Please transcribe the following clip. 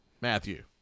Matthew